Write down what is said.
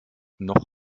noch